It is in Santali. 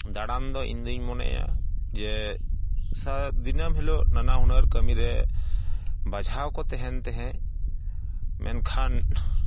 ᱫᱟᱬᱟᱱᱫᱚ ᱤᱧᱫᱩᱧ ᱢᱚᱱᱮᱭᱟ ᱡᱮ ᱫᱤᱱᱟᱹᱢ ᱦᱤᱞᱳᱜ ᱱᱟᱱᱟ ᱦᱩᱱᱟᱹᱨ ᱠᱟᱹᱢᱤᱨᱮ ᱵᱟᱡᱷᱟᱣᱠᱚ ᱛᱮᱦᱮᱱ ᱛᱮᱦᱮᱸᱫ ᱢᱮᱱᱠᱷᱟᱱ